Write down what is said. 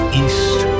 east